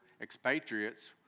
expatriates